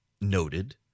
noted